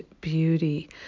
beauty